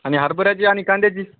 आणि हरभराची आणि कांद्याची